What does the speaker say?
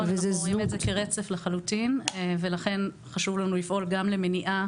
אנחנו רואים את זה כרצף לחלוטין ולכן חשוב לנו לפעול גם למניעה